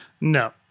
no